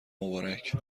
مبارک